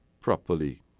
properly